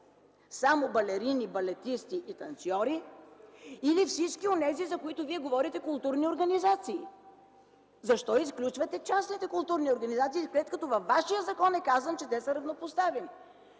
Само балерини, балетисти и танцьори или всички онези, за които вие говорите – културни организации? Защо изключвате частните културни организации, след като във вашия закон е казано, че те са равнопоставени?